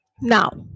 Now